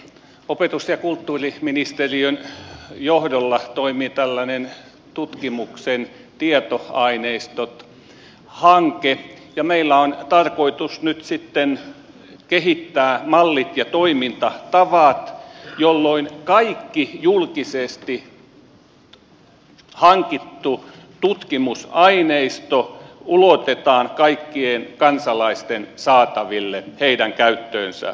opetus ja kulttuuriministeriön johdolla toimii tutkimuksen tietoaineistot hanke ja meillä on tarkoitus nyt kehittää mallit ja toimintatavat jolloin kaikki julkisesti hankittu tutkimusaineisto ulotetaan kaikkien kansalaisten saataville heidän käyttöönsä